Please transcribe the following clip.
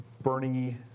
Bernie